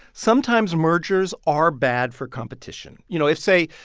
sometimes mergers are bad for competition. you know, if, say,